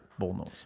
bullnose